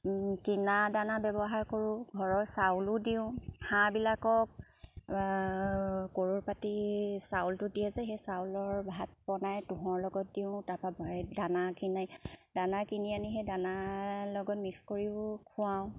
কিনা দানা ব্যৱহাৰ কৰোঁ ঘৰৰ চাউলো দিওঁ হাঁহবিলাকক গৰুৰ পাতি চাউলটো দিয়ে যে সেই চাউলৰ ভাত বনাই তোঁহৰ লগত দিওঁ তাৰপা দানা কিনাই দানা কিনি আনি সেই দানা লগত মিক্স কৰিও খুৱাওঁ